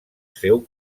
seu